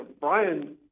Brian